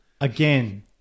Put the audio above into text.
Again